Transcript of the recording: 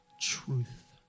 truth